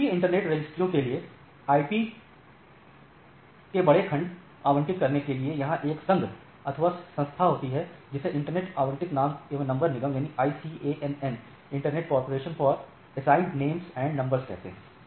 क्षेत्रीय इंटरनेट रजिस्ट्रियों के लिए IP प तों के बड़े खंड आवंटित करने के लिए यहां एक संघ अथवा संस्था होती है जिसे इंटरनेट आवंटित नाम एवं नंबर निगम ICANN कहते हैं